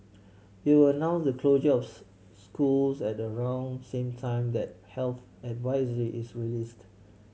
we will announce the closure jobs schools at around same time that health advisory is released